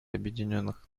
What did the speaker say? объединенных